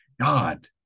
God